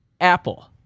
Apple